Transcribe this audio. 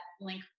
link